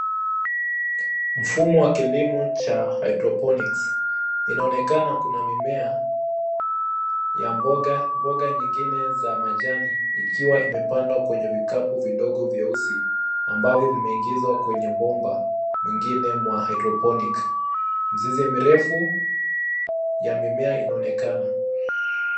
Mfumo wa kilimo cha hydroponics . Inaonekana kuna mimea ya mboga mboga nyingine za majani ikiwa imepandwa kwenye vikapu vidogo vyeusi ambavyo vimeingizwa kwenye bomba mwingine mwa hydroponic . Mizizi mirefu ya mimea inaonekana.